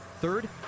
Third